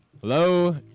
hello